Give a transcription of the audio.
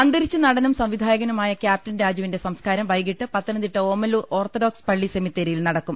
അന്തരിച്ച നടനും സംവിധായകനുമായ ക്യാപ്റ്റൻ രാജുവിന്റെ സംസ്കാരം വൈകിട്ട് പത്തനംതിട്ട ഓമല്ലൂർ ഓർത്തഡോക്സ് പള്ളി സെമിത്തേരിയിൽ നടക്കും